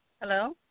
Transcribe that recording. Hello